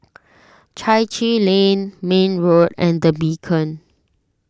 Chai Chee Lane May Road and the Beacon